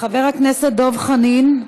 חבר הכנסת דב חנין,